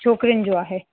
छोकिरियुनि जो आहे